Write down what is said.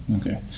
Okay